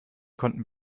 konnten